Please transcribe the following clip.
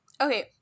Okay